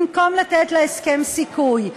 במקום לתת להסכם סיכוי,